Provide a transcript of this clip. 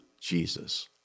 Jesus